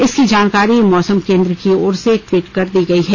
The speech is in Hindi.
इसकी जानकारी मौसम केंद्र की ओर से ट्वीट कर दी गयी है